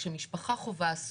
כאשר משפחה חווה אסון,